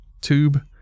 tube